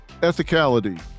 ethicality